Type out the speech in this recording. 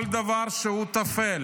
כל דבר טפל.